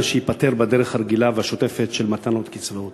שייפתר בדרך הרגילה והשוטפת של מתן עוד קצבאות.